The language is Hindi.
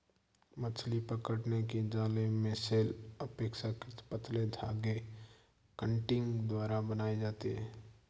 मछली पकड़ने के जाल मेशेस अपेक्षाकृत पतले धागे कंटिंग द्वारा बनाये जाते है